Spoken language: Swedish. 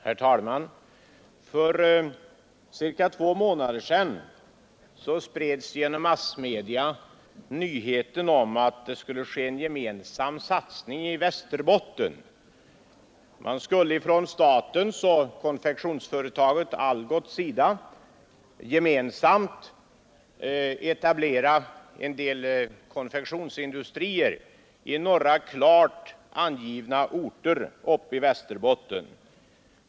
Herr talman! För cirka två månader sedan spreds genom massmedia nyheten om att det skulle göras en gemensam industrisatsning i Västerbotten. Staten och konfektionsföretaget Algots skulle tillsammans etablera en del konfektionsindustrier i några klart angivna orter uppe i Västerbotten.